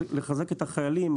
לחזק את החיילים,